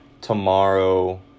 tomorrow